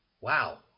wow